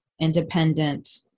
independent